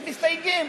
מסתייגים.